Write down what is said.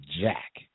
jack